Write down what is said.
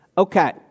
Okay